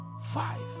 five